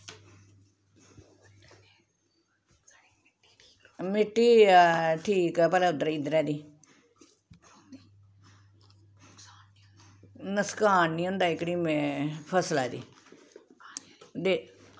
मिट्टी ठीक ऐ पर इद्धरै दी नसकान नी होंदा एह्कड़ी फसला गी ते